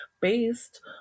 based